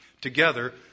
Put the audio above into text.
together